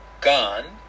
gone